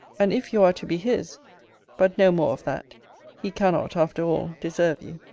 and if you are to be his but no more of that he cannot, after all, deserve you.